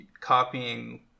copying